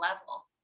level